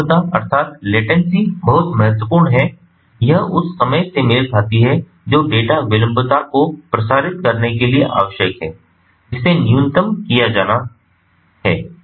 विलंबता बहुत महत्वपूर्ण है यह उस समय से मेल खाती है जो डेटा विलंबता को प्रसारित करने के लिए आवश्यक है जिसे न्यूनतम किया जाना है